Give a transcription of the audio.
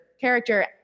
character